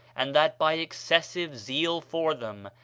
and that by excessive zeal for them,